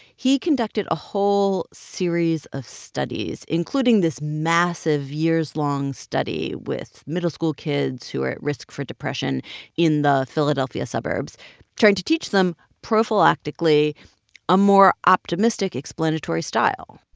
he conducted a whole series of studies including this massive years-long study with middle school kids who were at risk for depression in the philadelphia suburbs trying to teach them prophylactically a more optimistic explanatory style.